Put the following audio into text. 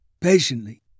patiently